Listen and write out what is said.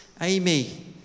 Amy